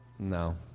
No